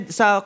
sa